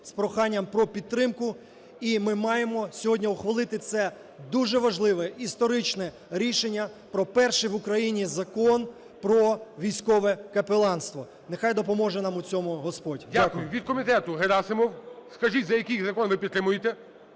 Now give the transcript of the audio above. з проханням про підтримку, і ми маємо сьогодні ухвалити це дуже важливе історичне рішення - про перший в Україні Закон про військовекапеланство. Нехай допоможе нам у цьому Господь! Дякую. ГОЛОВУЮЧИЙ. Дякую. Від комітету Герасимов. Скажіть, який закон ви підтримуєте.